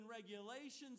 regulations